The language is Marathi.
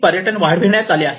पर्यटन वाढविण्यात आले आहे